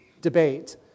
debate